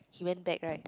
he went back right